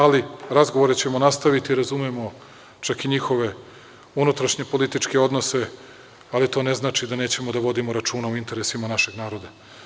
Ali, razgovore ćemo nastaviti, razumemo čak i njihove unutrašnje političke odnose, ali to ne znači da nećemo da vodimo računa o interesima našeg naroda.